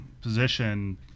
position